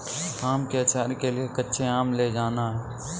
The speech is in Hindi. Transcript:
आम के आचार के लिए कच्चे आम ले आना